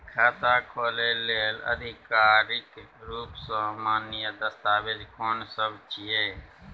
खाता खोले लेल आधिकारिक रूप स मान्य दस्तावेज कोन सब छिए?